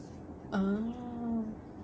uh